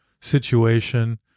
situation